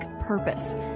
purpose